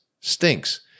stinks